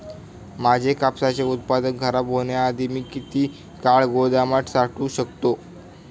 माझे कापसाचे उत्पादन खराब होण्याआधी मी किती काळ गोदामात साठवू शकतो?